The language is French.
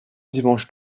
dimanche